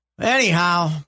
anyhow